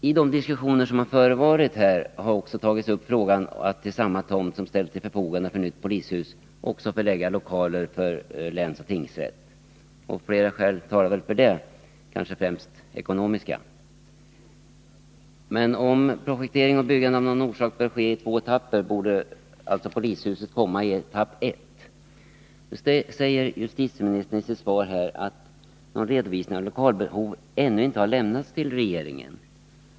I de diskussioner som har förevarit har också tagits upp frågan om att på samma tomt som ett nytt polishus också bygga lokaler för länsrätt och tingsrätt. Flera skäl talar för detta, kanske främst ekonomiska. Om projektering och byggande av någon orsak bör ske i två etapper, bör emellertid polishuset komma i etapp 1. I sitt svar säger justitieministern att någon redovisning av lokalbehovet ännu inte har lämnats till regeringen.